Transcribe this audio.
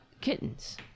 kittens